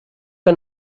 que